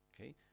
okay